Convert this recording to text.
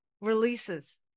releases